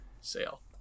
sale